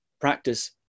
practice